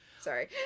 Sorry